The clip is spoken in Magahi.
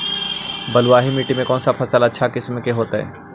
बलुआही मिट्टी में कौन से फसल अच्छा किस्म के होतै?